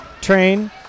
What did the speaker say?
train